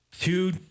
two